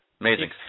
Amazing